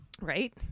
right